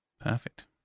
Perfect